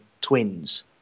twins